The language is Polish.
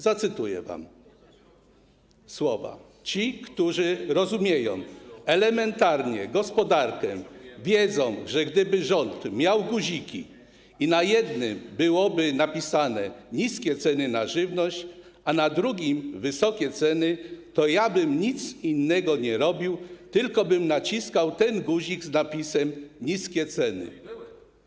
Zacytuję wam słowa: Ci, którzy rozumieją elementarnie gospodarkę, wiedzą, że gdyby rząd miał guziki i na jednym byłoby napisane ˝niskie ceny żywności˝, a na drugim ˝wysokie ceny˝, to ja bym nic innego nie robił, tylko bym naciskał ten guzik z napisem ˝niskie ceny˝